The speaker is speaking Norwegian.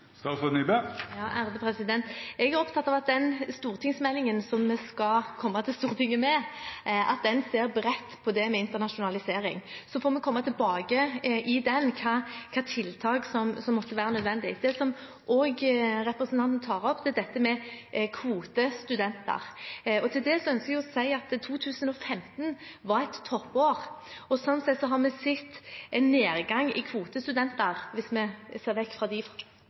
Jeg er opptatt av at den stortingsmeldingen som vi skal komme til Stortinget med, ser bredt på det med internasjonalisering. Så får vi komme tilbake i den med hvilke tiltak som måtte være nødvendig. Representanten tar også opp dette med kvotestudenter. Til det ønsker jeg å si at 2015 var et toppår, og slik sett har vi sett en nedgang i antall kvotestudenter – hvis vi ser vekk fra dem fra